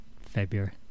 February